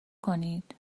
کنید